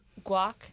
guac